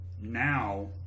Now